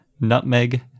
Nutmeg